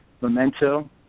Memento